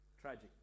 Tragic